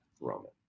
Roman